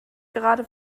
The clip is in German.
gerade